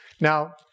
Now